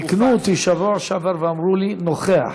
תיקנו אותי בשבוע שעבר ואמרו לי נוכֵחַ.